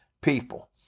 people